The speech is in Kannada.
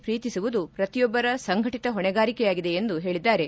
ಪ್ರೀತಿಸುವುದು ಪ್ರತಿಯೊಬ್ಬರ ಸಂಘಟಿತ ಹೊಣೆಗಾರಿಕೆಯಾಗಿದೆ ಎಂದು ಹೇಳಿದ್ದಾರೆ